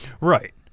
Right